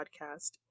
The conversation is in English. podcast